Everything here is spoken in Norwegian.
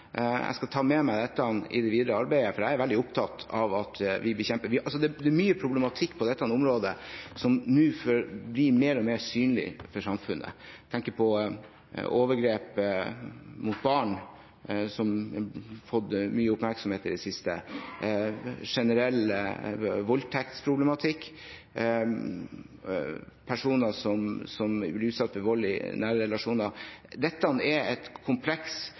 Jeg skal ta dette med meg i det videre arbeidet, for jeg er veldig opptatt av at vi bekjemper dette. Det er mye problematikk på dette området som nå blir mer og mer synlig for samfunnet. Jeg tenker på overgrep mot barn, som har fått mye oppmerksomhet i det siste, generell voldtektsproblematikk, personer som blir utsatt for vold i nære relasjoner. Dette er